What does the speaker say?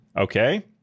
Okay